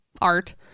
art